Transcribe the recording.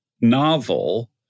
novel